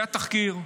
היה תחקיר.